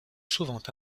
sauvant